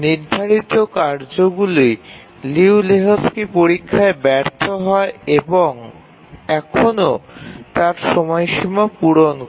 নির্ধারিত কার্যগুলি প্রথমে লিউ লেহোকস্কির পরীক্ষায় ব্যর্থ হয় এবং তারপর নির্দিষ্ট সময়সীমাটি পূরণ করে